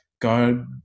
God